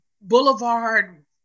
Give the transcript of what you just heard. Boulevard